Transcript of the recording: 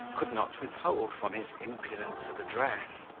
could not withhold from his impudence of address.